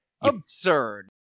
Absurd